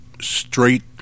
straight